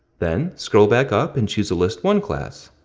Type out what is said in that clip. then, scroll back up, and choose a list one class.